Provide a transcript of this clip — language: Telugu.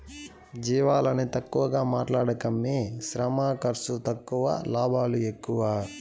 జీవాలని తక్కువగా మాట్లాడకమ్మీ శ్రమ ఖర్సు తక్కువ లాభాలు ఎక్కువ